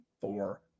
four